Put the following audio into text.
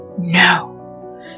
No